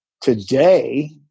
today